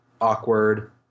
awkward